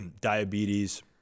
diabetes